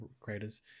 creators